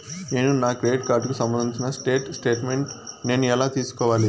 నేను నా క్రెడిట్ కార్డుకు సంబంధించిన స్టేట్ స్టేట్మెంట్ నేను ఎలా తీసుకోవాలి?